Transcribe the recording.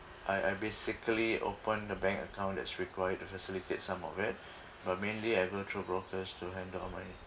I I basically open a bank account that's required to facilitate some of it but mainly I go through brokers to handle all my